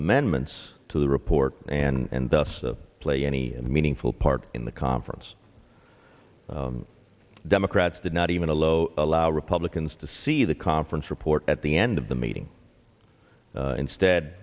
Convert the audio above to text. amendments to the report and thus to play any meaningful part in the conference the democrats did not even a low allow republicans to see the conference report at the end of the meeting instead